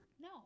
No